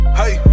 hey